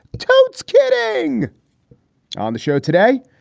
tote's kidding on the show today,